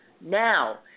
Now